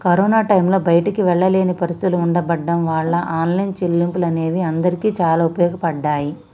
corona టైంలో బయటికి వెళ్ళలేని పరిస్థితులు ఉండబడ్డం వాళ్ళ ఆన్లైన్ చెల్లింపులు అనేవి అందరికీ చాలా ఉపయోగపడ్డాయి